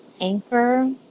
Anchor